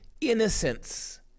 innocence